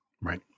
Right